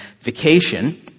vacation